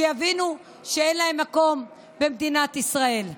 שיבינו שאין להם מקום במדינת ישראל.